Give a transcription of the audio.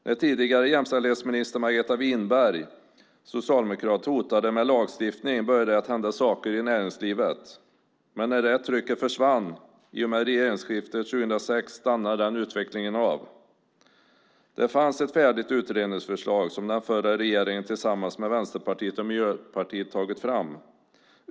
När tidigare jämställdhetsminister Margareta Winberg, socialdemokrat, hotade med lagstiftning började det hända saker i näringslivet. Men när det trycket försvann i och med regeringsskiftet 2006 stannade den utvecklingen av. Det fanns ett färdigt utredningsförslag som den förra regeringen tillsammans med Vänsterpartiet och Miljöpartiet tagit fram.